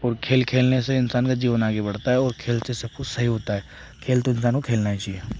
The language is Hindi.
और खेल खेलने से इंसान का जीवन आगे बढ़ता है और खेल से सब कुछ सही होता है खेल तो इंसान को खेलना ही चाहिए